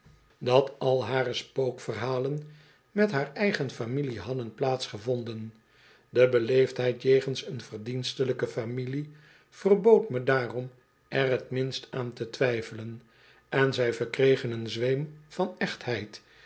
dat al hare spookverhalen met haar eigen familie hadden plaats gevonden de beleefdheid jegens een verdienstelijke familie verbood me daarom er t minst aan te twijfelen en zij verkregen een zweem van echtheid